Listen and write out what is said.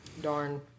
Darn